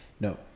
no